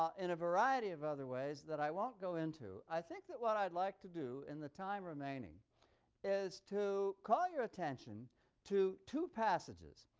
um in a variety of other ways that i won't go into. i think that what i'd like to do in the time remaining is to call your attention to two passages,